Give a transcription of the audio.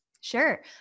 sure